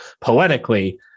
poetically